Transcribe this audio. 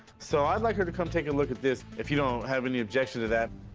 so i'd like her to come take a look at this if you don't have any objection to that.